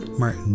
maar